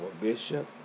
bishop